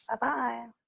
Bye-bye